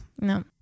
no